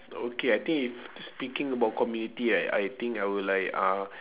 okay I think if speaking about community right I think I will like uh